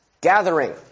Gathering